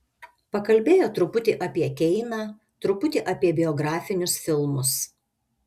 pakalbėjo truputį apie keiną truputį apie biografinius filmus